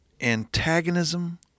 antagonism